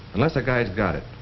unless a guy's got it,